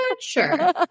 sure